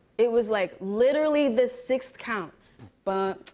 it was, like, literally the sixth count bum,